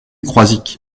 croizic